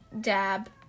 dab